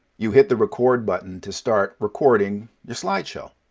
you hit the record button to start recording your slideshow.